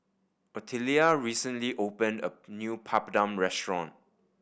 Ottilia recently opened a new Papadum restaurant